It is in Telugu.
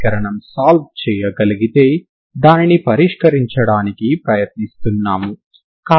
దానిని ఫిక్స్ చేశామంటే దాని స్థాన భ్రంశం 0 అని అర్థం అంటే u 0